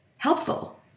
helpful